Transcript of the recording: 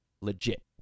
Legit